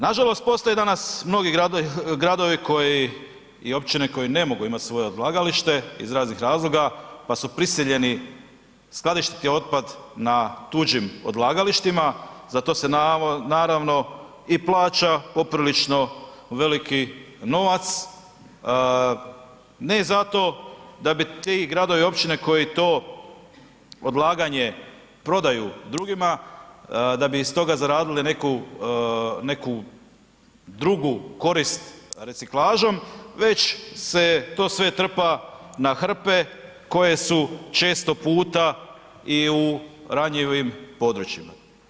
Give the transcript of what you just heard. Nažalost postoje danas mnogi gradovi koji i općine koje ne mogu imati svoje odlagalište iz raznih razloga, pa su prisiljeni skladištiti otpad na tuđim odlagalištima, za to se naravno i plaća poprilično veliki novac, ne zato da bi ti gradovi i općine koji to odlaganje prodaju drugima da bi iz toga zaradili neku, neku drugu korist reciklažom, već se to sve trpa na hrpe koje su često puta i u ranjivim područjima.